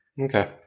Okay